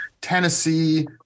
Tennessee